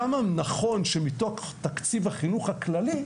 כמה נכון שיוקדש להסעות מתוך תקציב החינוך הכללי.